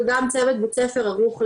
וגם צוות בית הספר ערוך לזה.